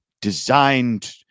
designed